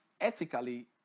Ethically